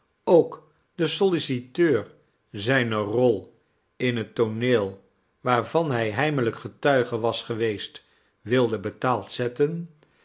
ook den solliciteur zijne rol in het tooneel waarvan hij heimelijk getuige was geweest wilde betaald zetten